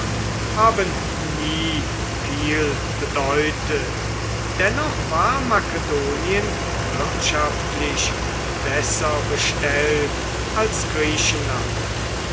haben nie viel bedeutet dennoch war makedonien wirtschaftlich besser bestellt als griechenland